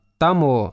tamo